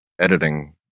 editing